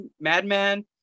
Madman